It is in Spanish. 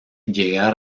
llegar